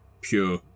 pure